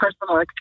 personal